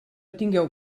tingueu